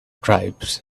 tribes